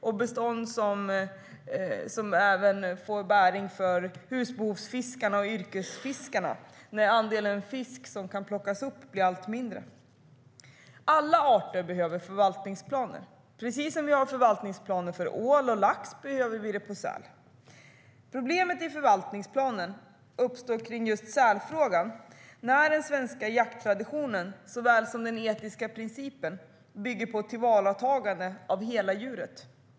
Det är bestånd som även får bäring för husbehovsfiskarna och yrkesfiskarna, när mängden fisk som kan plockas upp blir allt mindre. Alla arter behöver förvaltningsplaner. Precis som vi har förvaltningsplaner för ål och lax behöver vi det för säl. Problemet i förvaltningsplanen uppstår kring just sälfrågan. Den svenska jakttraditionen, såväl som den etiska principen, bygger på tillvaratagande av hela djuret.